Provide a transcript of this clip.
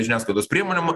žiniasklaidos priemonėm